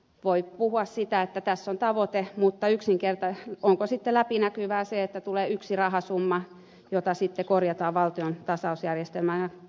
voi puhua että tässä on tavoite mutta onko sitten läpinäkyvää se että tulee yksi rahasumma jota korjataan valtion tasausjärjestelmällä